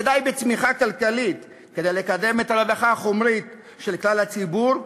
שדי בצמיחה כלכלית כדי לקדם את הרווחה החומרית של כלל הציבור,